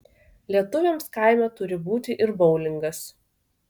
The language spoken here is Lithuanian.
lietuviams kaime turi būti ir boulingas